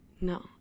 No